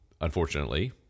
unfortunately